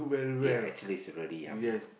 ya actually it's really yummy